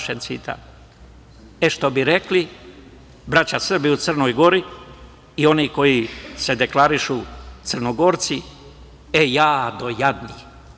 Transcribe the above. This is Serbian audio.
Što bi rekli braća Srbi u Crnoj Gori i oni koji se deklarišu kao Crnogorci - e, jado, jadni.